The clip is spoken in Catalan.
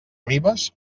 ribes